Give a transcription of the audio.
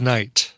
Night